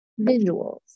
Visuals